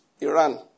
Iran